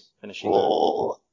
finishing